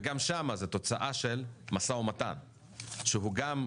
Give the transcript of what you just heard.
וגם שם זה תוצאה של משא ומתן שהוא גם,